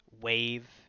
wave